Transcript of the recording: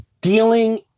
Dealing